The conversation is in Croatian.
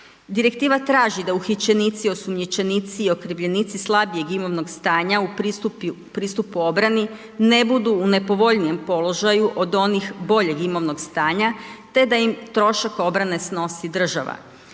Direktiva traži da uhićenici, osumnjičenici i okrivljenici slabijeg imovnog stanja u pristupu obrani ne budu u nepovoljnijem položaju od onih boljeg imovnog stanja te da im trošak obrane snosi država.